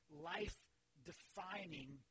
life-defining